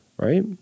Right